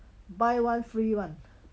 buy one free one